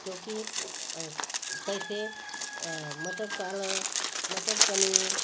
क्योंकि कैसे मटर पालक मटर पनीर